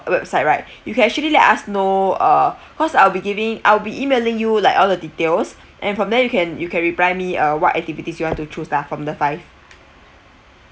website right you can actually let us know uh cause I'll be giving I'll be emailing you like all the details and from there you can you can reply me uh what activities you want to choose lah from the five